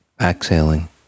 exhaling